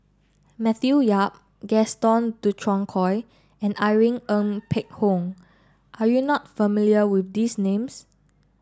Matthew Yap Gaston Dutronquoy and Irene Ng Phek Hoong are you not familiar with these names